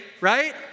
right